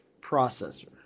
processor